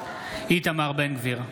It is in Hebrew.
איתמר בן גביר,